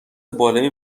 بالایی